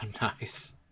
Nice